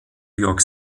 york